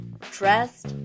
trust